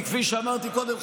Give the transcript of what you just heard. כי כפי שאמרתי קודם,